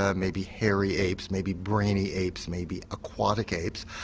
ah maybe hairy apes, maybe brainy apes, maybe aquatic apes,